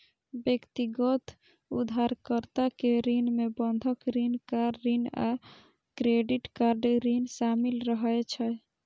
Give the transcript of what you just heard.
व्यक्तिगत उधारकर्ता के ऋण मे बंधक ऋण, कार ऋण आ क्रेडिट कार्ड ऋण शामिल रहै छै